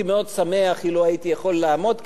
הייתי מאוד שמח אילו הייתי יכול לעמוד כאן,